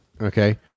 Okay